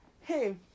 hey